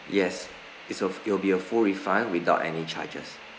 yes is of it'll be a full refund without any charges